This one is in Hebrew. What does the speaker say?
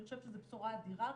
אני חושבת שזו בשורה אדירה.